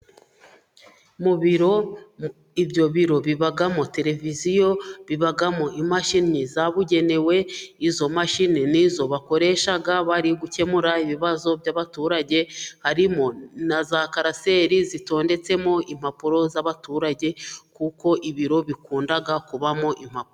Mu biro, ibyo biro bibamo televiziyo, bibamo imashini zabugenewe, izo mashini nizo bakoresha bari gukemura ibibazo by'abaturage, harimo na za karaseri zitondetsemo impapuro z'abaturage, kuko ibiro bikunda kubamo impapuro.